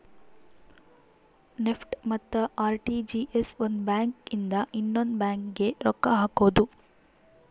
NEFT ಮತ್ತ RTGS ಒಂದ್ bank ಇಂದ ಇನ್ನೊಂದು ಬ್ಯಾಂಕ್ ಗೆ ರೊಕ್ಕ ಹಕೋದು